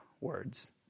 words